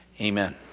Amen